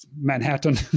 Manhattan